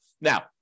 now